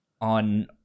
on